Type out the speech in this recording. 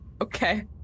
Okay